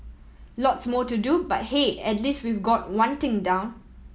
lots more to do but hey at least we've got one thing down